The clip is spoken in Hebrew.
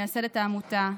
מייסדת העמותה,